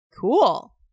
Cool